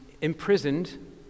imprisoned